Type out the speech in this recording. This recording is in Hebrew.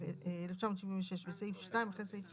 היו תקופות אשפוז